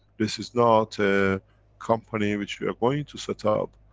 this is not a company which we are going to set up,